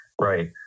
Right